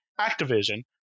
Activision